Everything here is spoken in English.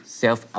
self